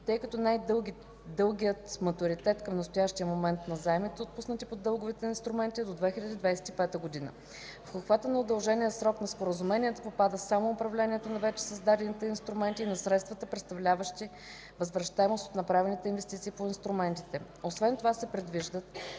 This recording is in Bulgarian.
тъй като най-дългият матуритет към настоящия момент на заемите, отпуснати по дълговите инструменти, е до 2025 г. В обхвата на удължения срок на споразуменията попада само управлението на вече създадените инструменти и на средствата, представляващи възвръщаемост от направените инвестиции по инструментите. Освен това се предвиждат